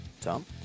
Tom